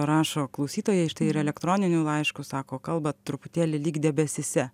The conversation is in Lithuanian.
rašo klausytojai štai ir elektroniniu laišku sako kalba truputėlį lyg debesyse